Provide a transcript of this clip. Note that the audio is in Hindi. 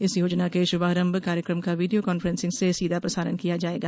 इस योजना के शुभारंभ कार्यक्रम का वीडियों कान्फ्रेंसिंग से सीधा प्रसारण किया जायेगा